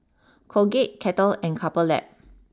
Colgate Kettle and Couple Lab